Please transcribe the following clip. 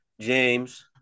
James